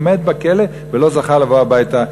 הוא מת בכלא ולא זכה לבוא הביתה,